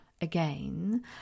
again